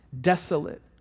desolate